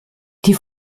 die